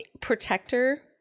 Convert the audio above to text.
protector